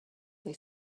they